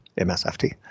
MSFT